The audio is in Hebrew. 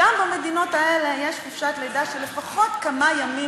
גם במדינות האלה יש חופשת לידה של לפחות כמה ימים,